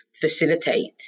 facilitate